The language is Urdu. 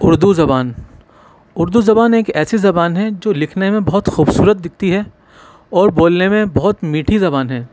اردو زبان اردو زبان ایک ایسی زبان ہے جو لکھنے میں بہت خوبصورت دکھتی ہے اور بولنے میں بہت میٹھی زبان ہے